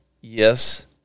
Yes